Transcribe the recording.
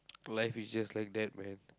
life is just like that man